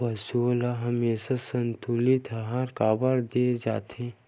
पशुओं ल हमेशा संतुलित आहार काबर दे जाथे?